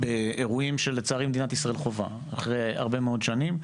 באירועים שלצערי מדינת ישראל חווה אחרי הרבה מאוד שנים.